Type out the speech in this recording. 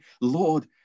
Lord